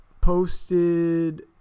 Posted